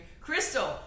Crystal